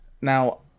Now